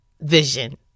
vision